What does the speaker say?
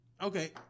Okay